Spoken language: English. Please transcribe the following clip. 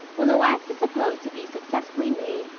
when the wax is supposed to be successfully made,